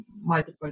multiple